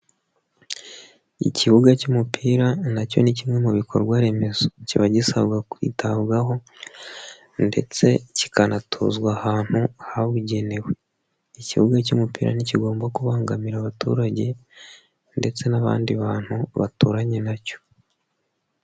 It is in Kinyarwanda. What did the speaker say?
Ikibuga cy'umupira nacyo ni kimwe mu bikorwa remezo, kiba gisabwa kwitabwaho ndetse kikanatuzwa ahantu habugenewe. Ikibuga cy'umupira ntikigomba kubangamira abaturage, ndetse n'abandi bantu baturanye nacyo.